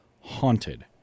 Haunted